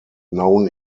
known